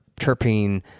terpene